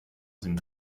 sind